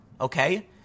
Okay